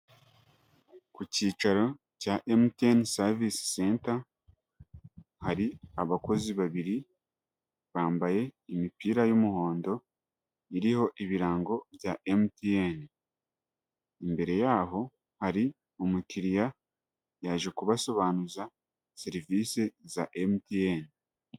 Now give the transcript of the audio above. Ku cyicaro cya MTN savisi senta, hari abakozi babiri bambaye imipira y'umuhondo, iriho ibirango bya MTN, imbere yaho hari umukiriya yaje kubasobanuza serivisi za MTN.